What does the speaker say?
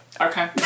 Okay